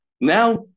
Now